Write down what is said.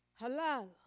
Halal